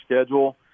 schedule